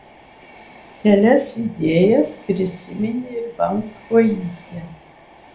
kelias idėjas prisiminė ir baltkojytė